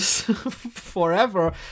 forever